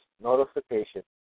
notification